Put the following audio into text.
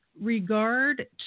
regard